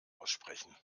aussprechen